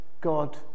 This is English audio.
God